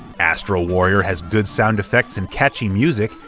astro warrior has good sound effects and catchy music,